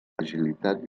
agilitat